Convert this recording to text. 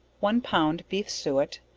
one pound beef suet,